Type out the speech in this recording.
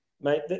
Mate